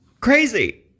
crazy